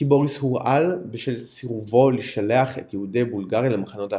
כי בוריס הורעל בשל סירובו לשלח את יהודי בולגריה למחנות ההשמדה,